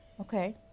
Okay